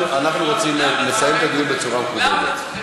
אנחנו רוצים לסיים את הדיון בצורה מכובדת.